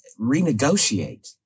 renegotiate